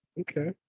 Okay